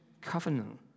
covenant